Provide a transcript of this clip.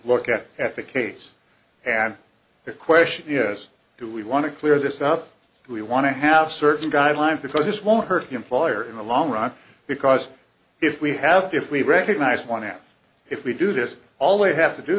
look at at the case and the question is do we want to clear this up do we want to have certain guidelines because this won't hurt the employer in the long run because if we have if we recognize one app if we do this all they have to do